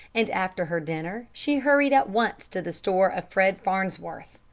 and after her dinner she hurried at once to the store of fred farnsworth.